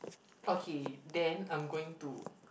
okay then I'm going to